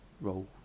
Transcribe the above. roll